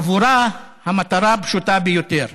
עבורה המטרה פשוטה ביותר: